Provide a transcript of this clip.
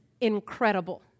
incredible